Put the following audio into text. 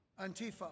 Antifa